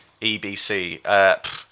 EBC